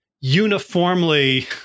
uniformly